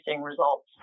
results